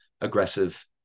aggressive